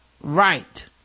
right